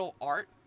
art